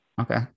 okay